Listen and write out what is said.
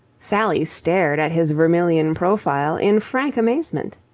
sally stared at his vermilion profile in frank amazement.